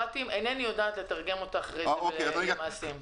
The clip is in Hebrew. אינני יודעת לתרגם את המילים "כל החסמים הבירוקרטים" למעשים אחר כך.